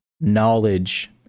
knowledge